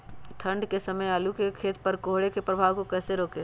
ठंढ के समय आलू के खेत पर कोहरे के प्रभाव को कैसे रोके?